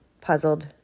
puzzled